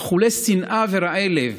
אכולי שנאה ורעי לב,